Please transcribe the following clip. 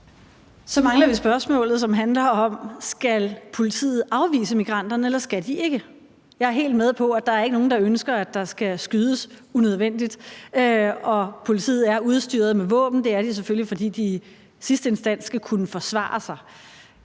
Så mangler vi svar på spørgsmålet om, om politiet skal afvise immigranterne eller de ikke skal. Jeg er helt med på, at der ikke er nogen, der ønsker, at der skal skydes unødvendigt. Politiet er udstyret med våben, og det er de selvfølgelig, fordi de i sidste instans skal kunne forsvare sig.